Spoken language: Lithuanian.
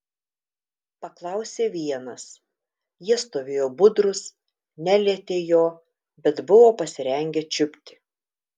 paklausė vienas jie stovėjo budrūs nelietė jo bet buvo pasirengę čiupti